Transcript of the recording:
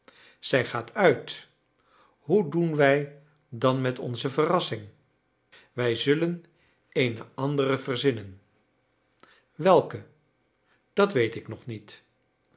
zij gaat uit hoe doen wij dan met onze verrassing wij zullen eene andere verzinnen welke dat weet ik nog niet